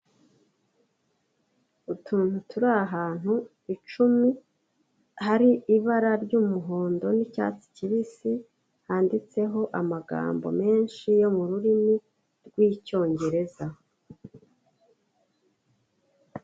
Utuntu turi ahantu icumi, hari ibara ry'umuhondo n'icyatsi kibisi, handitseho amagambo menshi yo mu rurimi rw'icyongereza.